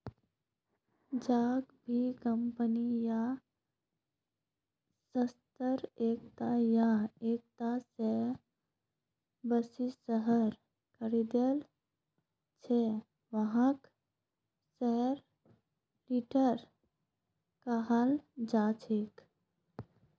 जेको भी कम्पनी या संस्थार एकता या एकता स बेसी शेयर खरीदिल छ वहाक शेयरहोल्डर कहाल जा छेक